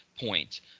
point